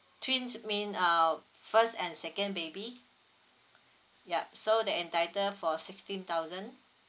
twins mean uh first and second baby yup so they're entitled for sixteen thousand